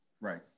Right